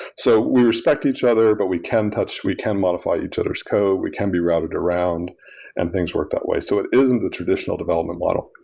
so we respect each other, but we can touch, we can modify each other s code. we can be routed around and things work that way. so it isn't a traditional development model.